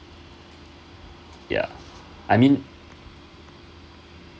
ya I mean